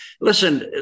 Listen